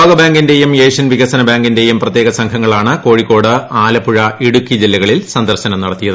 ലോകബാങ്കിന്റെയും Asian വികസന ബാങ്കിന്റെയും പ്രത്യേകസംഘങ്ങളാണ് കോഴിക്കോട് ആലപ്പുഴ ഇടുക്കി ജില്ലകളിൽ സന്ദർശനം നടത്തിയത്